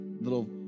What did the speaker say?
little